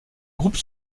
groupe